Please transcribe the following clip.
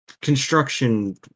construction